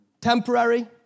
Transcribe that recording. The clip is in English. temporary